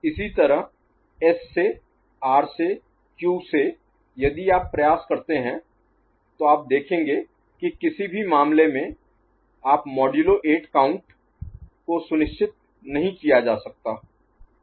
इसी तरह S से R से Q से यदि आप प्रयास करते हैं तो आप देखेंगे कि किसी भी मामले में आप मॉडुलो 8 काउंट Count गिनती को सुनिश्चित नहीं किया जा सकता है